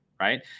right